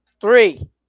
Three